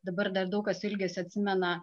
dabar dar daug kas su ilgesiu atsimena